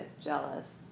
jealous